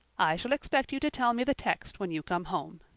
i shall expect you to tell me the text when you come home.